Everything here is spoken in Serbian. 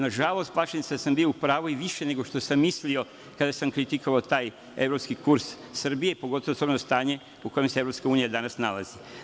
Nažalost, plašim jer sam bio u pravu i više nego što sam mislimo kada sam kritikovao taj evropski kurs Srbije, pogotovo stanje u kom se EU danas nalazi.